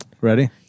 Ready